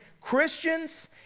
Christians